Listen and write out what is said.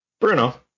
Bruno